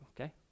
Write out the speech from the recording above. okay